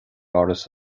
áras